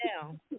down